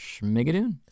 Schmigadoon